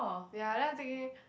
ya then I thinking